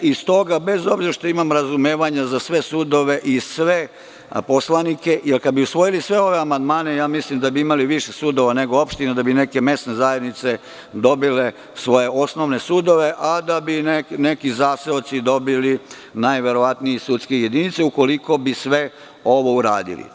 Stoga, bez obzira što imam razumevanje za sve sudove i sve poslanike, jer kada bi usvojili sve ove amandmane, mislim da bi imali više sudova nego opština, da bi neke mesne zajednice dobile svoje osnovne sudove, a da bi neki zaseoci dobili najverovatnije sudske jedinice ukoliko bi sve ovo uradili.